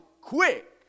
quick